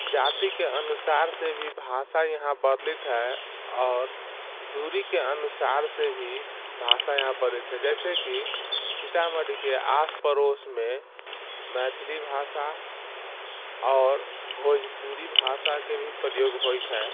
जातिके अनुसारसँ भी भाषा यहाँ बदलैत हइ आओर दूरीके अनुसार भी भाषा यहाँ बदलैत हइ जइसेकि सीतामढ़ीके आसपड़ोसमे मैथिली भाषा आओर भोजपुरी भाषाके भी प्रयोग होइत हइ